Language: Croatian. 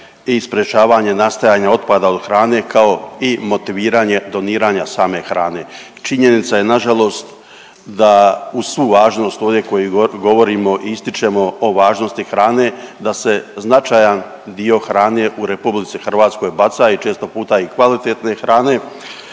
i sprječavanje nastajanja otpada od hrane kao i motiviranje doniranja same hrane. Činjenica je na žalost da uz svu važnost ovdje koji govorimo i ističemo o važnosti hrane, da se značajan dio hrane u Republici Hrvatskoj baca i često puta i kvalitetne hrane.